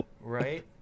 Right